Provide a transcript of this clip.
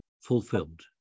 fulfilled